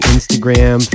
Instagram